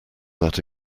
that